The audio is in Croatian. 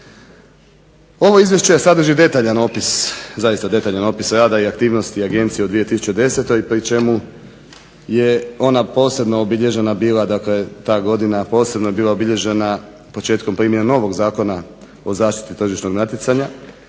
opis, zaista detaljan opis rada i aktivnosti agencije u 2010. pri čemu je ona posebno obilježena bila dakle ta godina posebno je bila obilježena početkom primjene novog Zakona o zaštiti tržišnog natjecanja